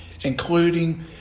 including